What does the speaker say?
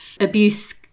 abuse